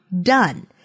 done